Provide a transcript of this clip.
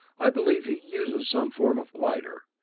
i believe he uses some form of glider.